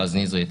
רז נזרי,